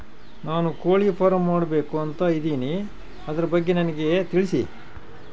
ನಾನು ಕೋಳಿ ಫಾರಂ ಮಾಡಬೇಕು ಅಂತ ಇದಿನಿ ಅದರ ಬಗ್ಗೆ ನನಗೆ ತಿಳಿಸಿ?